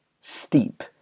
Steep